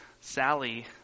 Sally